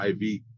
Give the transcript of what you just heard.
IV